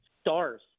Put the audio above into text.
stars